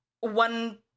one